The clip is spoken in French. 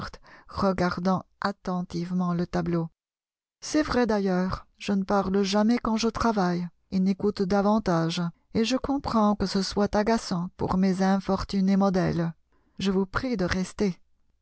regardant attentivement le tableau c'est vrai d'ailleurs je ne parle jamais quand je travaille et n'écoute davantage et je comprends que ce soit agaçant pour mes infortunés modèles je vous prie de rester